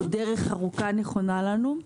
עוד דרך ארוכה נכונה לנו.